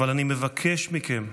אבל אני מבקש מכם,